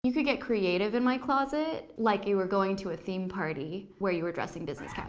you could get creative in my closet, like you were going to a theme party where you were dressing business yeah